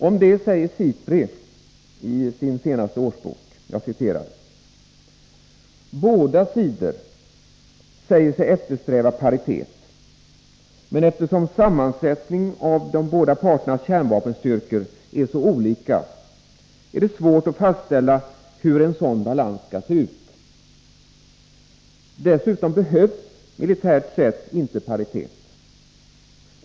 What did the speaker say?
Om detta säger SIPRI i sin senaste årsbok: ”Båda sidor säger sig eftersträva paritet, men eftersom sammansättningen av de båda parternas kärnvapenstyrkor är så olika, är det svårt att fastställa hur en sådan balans skulle se ut. Dessutom behövs militärt sett inte paritet.